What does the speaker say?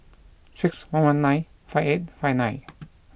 six one one nine five eight five nine